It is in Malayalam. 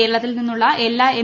കേരളത്തിൽ നിന്നുള്ള എല്ലാ എം